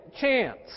chance